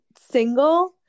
single